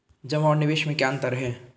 जमा और निवेश में क्या अंतर है?